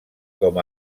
com